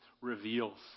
reveals